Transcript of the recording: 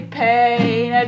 pain